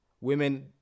Women